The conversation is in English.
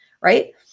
Right